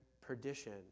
perdition